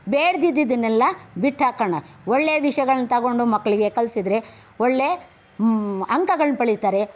ಬೇಡದಿದ್ದದ್ದನ್ನೆಲ್ಲ ಬಿಟ್ಟಾಕೋಣ ಒಳ್ಳೆಯ ವಿಷಯಗಳನ್ನ ತೊಗೊಂಡು ಮಕ್ಕಳಿಗೆ ಕಲಿಸಿದ್ರೆ ಒಳ್ಳೆ ಅಂಕಗಳನ್ನ ಪಡೀತಾರೆ